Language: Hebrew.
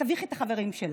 אלא תביכי את החברים שלך.